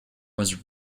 was